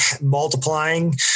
multiplying